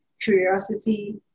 curiosity